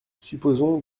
supposons